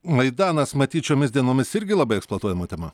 maidanas matyt šiomis dienomis irgi labai eksploatuojama tema